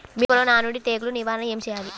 మిరపలో నానుడి తెగులు నివారణకు ఏమి చేయాలి?